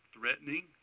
threatening